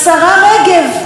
מה יהיה עכשיו?